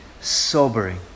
sobering